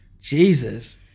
jesus